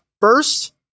first